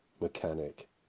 mechanic